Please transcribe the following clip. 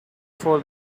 for